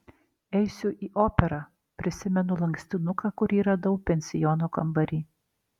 eisiu į operą prisimenu lankstinuką kurį radau pensiono kambary